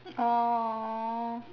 !aww!